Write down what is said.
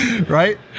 Right